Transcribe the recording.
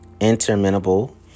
interminable